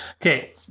Okay